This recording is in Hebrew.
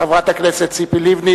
חברת הכנסת ציפי לבני,